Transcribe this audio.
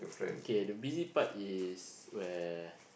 okay the busy part is where